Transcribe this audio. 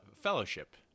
fellowship